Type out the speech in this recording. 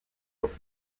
over